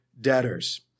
debtors